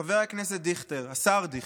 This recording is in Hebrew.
חבר הכנסת דיכטר, השר דיכטר,